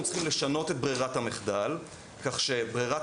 אנחנו צריכים לשנות את ברירת המחדל כך שברירת